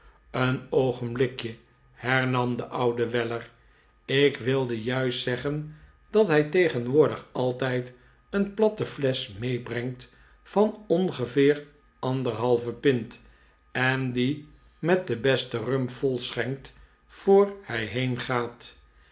een oogenblikje hernam de oude weller ik wilde juist zeggen dat hij tegenwoordig altijd een platte flesch meebrengt van ongeveer anderhalve pint en die met den besten rum volschenkt voor hij heengaat